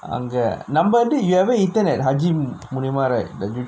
அங்க நம்ம வந்து:angga namma vanthu you ever eaten at haji maimuna right